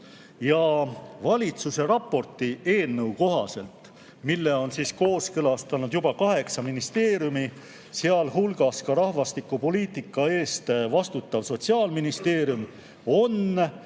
Valitsuse raporti eelnõu kohaselt, mille on kooskõlastanud juba kaheksa ministeeriumi, sealhulgas rahvastikupoliitika eest vastutav Sotsiaalministeerium, on